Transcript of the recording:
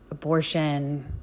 abortion